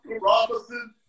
Robinson